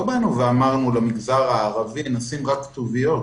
לא אמרנו למגזר הערבי: נשים רק כתוביות,